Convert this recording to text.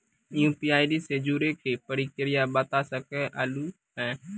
UPI से जुड़े के प्रक्रिया बता सके आलू है?